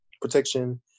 protection